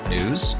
News